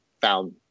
found